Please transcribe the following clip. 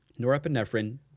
norepinephrine